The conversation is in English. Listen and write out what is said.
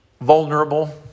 vulnerable